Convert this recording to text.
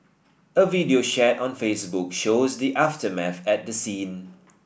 a video shared on Facebook shows the aftermath at the scene